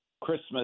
Christmas